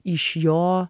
iš jo